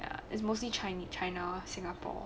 ya it is mostly chinese China singapore